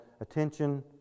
attention